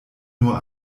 nur